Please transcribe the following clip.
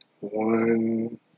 One